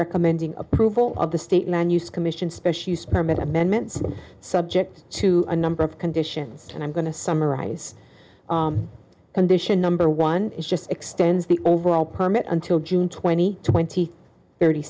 recommending approval of the state land use commission special use permit amendments subject to a number of conditions and i'm going to summarize condition number one is just extends the overall permit until june twenty twenty thirty